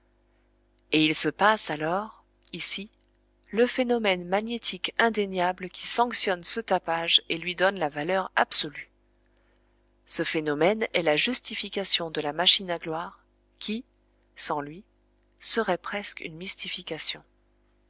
et il se passe alors ici le phénomène magnétique indéniable qui sanctionne ce tapage et lui donne la valeur absolue ce phénomène est la justification de la machine à gloire qui sans lui serait presque une mystification